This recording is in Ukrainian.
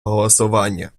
голосування